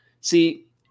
see